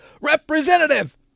representative